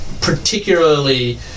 particularly